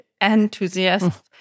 enthusiasts